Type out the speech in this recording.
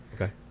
Okay